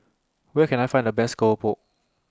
Where Can I Find The Best Keropok